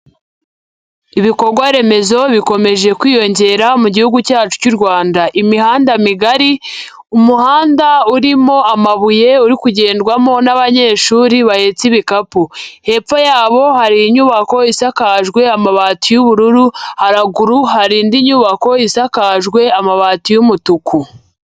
Ibikorwa remezo bikomeje kwiyongera mu Gihugu cyacu cy'u Rwanda. Imihanda migari, umuhanda urimo amabuye uri kugendwamo n'abanyeshuri bahetse ibikapu. Hepfo yabo hari inyubako isakajwe amabati y'ubururu, haraguru hari indi nyubako isakajwe amabati y'umutuku.